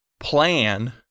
plan